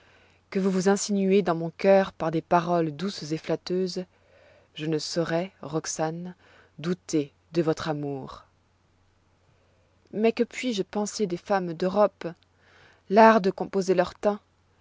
que vous vous insinuez dans mon cœur par des paroles douces et flatteuses je ne saurois roxane douter de votre amour mais que puis-je penser des femmes d'europe l'art de composer leur teint